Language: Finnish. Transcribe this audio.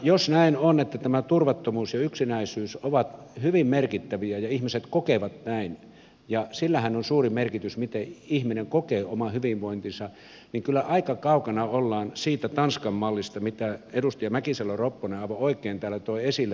jos näin on että nämä turvattomuus ja yksinäisyys ovat hyvin merkittäviä ja ihmiset kokevat näin ja sillähän on suuri merkitys miten ihminen kokee oman hyvinvointinsa niin kyllä aika kaukana ollaan siitä tanskan mallista mitä edustaja mäkisalo ropponen aivan oikein täällä toi esille